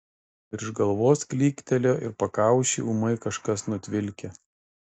virš galvos klyktelėjo ir pakaušį ūmai kažkas nutvilkė